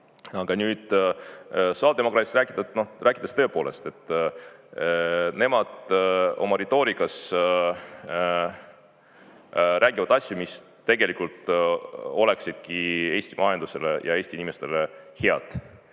Aga nüüd sotsiaaldemokraatidest rääkides. Tõepoolest, nemad oma retoorikas räägivad asju, mis tegelikult oleksidki Eesti majandusele ja Eesti inimestele head.